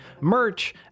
merch